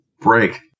break